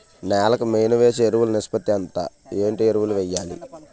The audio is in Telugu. నేల కి మెయిన్ వేసే ఎరువులు నిష్పత్తి ఎంత? ఏంటి ఎరువుల వేయాలి?